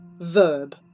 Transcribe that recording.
Verb